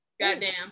goddamn